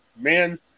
man